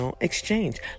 exchange